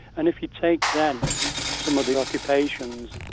and if you take then some of the occupations,